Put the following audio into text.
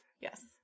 Yes